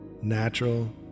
natural